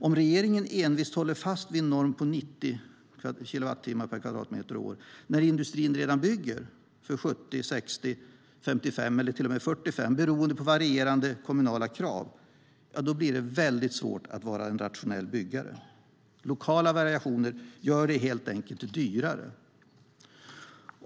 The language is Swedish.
Om regeringen envist håller fast vid en norm på 90 kilowattimmar per kvadratmeter och år när industrin redan bygger för 70, 60, 55 eller till och med 45 kilowattimmar per kvadratmeter och år, beroende på varierande kommunala krav, blir det väldigt svårt att vara en rationell byggare. Lokala variationer gör det helt enkelt dyrare.